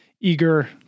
eager